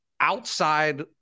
outside